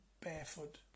barefoot